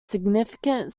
significant